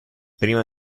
prima